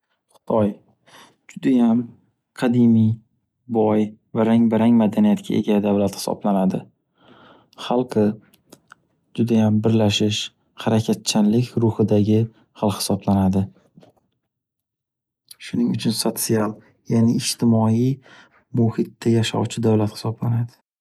Xitoy judayam qadimiy, boy va rang-barang madaniyatga ega davlat hisoblanadi. Xalqi judayam birlashish, harakatchanlik ruhidagi xalq hisoblanadi. Shuning uchun sotsial yani ijtimoiy muhitda yashovchi davlat hisoblanadi.